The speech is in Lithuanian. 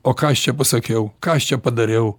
o ką aš čia pasakiau ką aš čia padariau